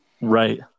right